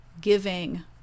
giving